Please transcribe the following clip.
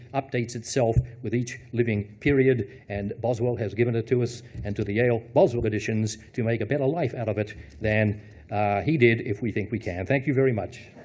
updates itself, with each living period. and boswell has given it to us, and to the yale boswell editions, to make a better life out of it than he did, if we think we can. thank you very much.